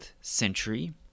century